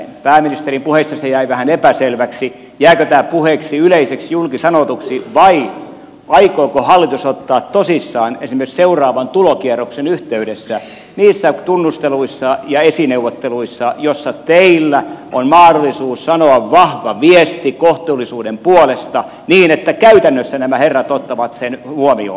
pääministerin puheissa se jäi vähän epäselväksi jääkö tämä puheeksi yleiseksi julki sanotuksi vai aikooko hallitus ottaa sen tosissaan esiin esimerkiksi seuraavan tulokierroksen yhteydessä niissä tunnusteluissa ja esineuvotteluissa joissa teillä on mahdollisuus sanoa vahva viesti kohtuullisuuden puolesta niin että käytännössä nämä herrat ottavat sen huomioon